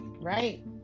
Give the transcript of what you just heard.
Right